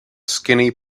skinny